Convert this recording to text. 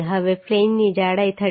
હવે ફ્લેંજની જાડાઈ 13